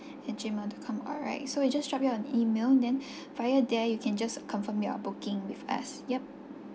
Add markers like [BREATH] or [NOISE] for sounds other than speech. at gmail dot com alright so I'll just drop you an email then [BREATH] via there you can just confirm your booking with us yup